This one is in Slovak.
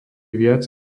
viac